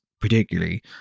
particularly